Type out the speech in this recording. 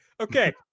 Okay